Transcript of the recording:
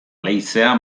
leizea